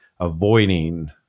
avoiding